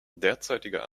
derzeitiger